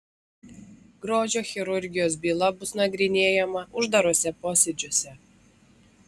grožio chirurgijos byla bus nagrinėjama uždaruose posėdžiuose